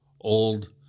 old